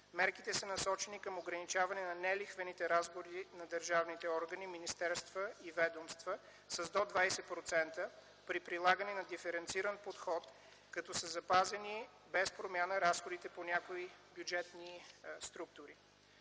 Мерките са насочени към ограничаване на нелихвените разходи на държавните органи, министерства и ведомства с до 20% при прилагане на диференциран подход, като са запазени без промяна разходите по някои бюджетни структури.